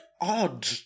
odd